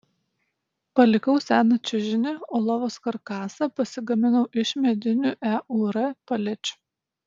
palikau seną čiužinį o lovos karkasą pasigaminau iš medinių eur palečių